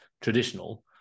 traditional